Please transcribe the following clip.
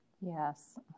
yes